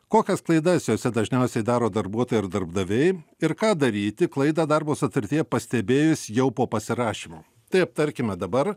kokias klaidas jose dažniausiai daro darbuotojai ir darbdaviai ir ką daryti klaidą darbo sutartyje pastebėjus jau po pasirašymo taip tarkime dabar